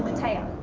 taya.